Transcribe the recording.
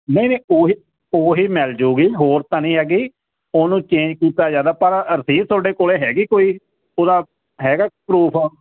ਨਹੀਂ ਨਹੀਂ ਉਹੀ ਉਹੀ ਮਿਲ ਜਾਊਗੀ ਹੋਰ ਤਾਂ ਨਹੀਂ ਹੈਗੀ ਉਹਨੂੰ ਚੇਂਜ ਕੀਤਾ ਜਾਂਦਾ ਪਰ ਰਸੀਦ ਤੁਹਾਡੇ ਕੋਲੇ ਹੈਗੀ ਕੋਈ ਉਹਦਾ ਹੈਗਾ ਪਰੂਫ